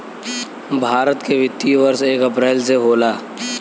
भारत के वित्तीय वर्ष एक अप्रैल से होला